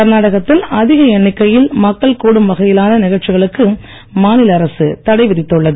கர்நாடகத்தில் அதிக எண்ணிக்கையில் மக்கள் கூடும் வகையிலான நிகழ்ச்சிகளுக்கு மாநில அரசு தடை விதித்துள்ளது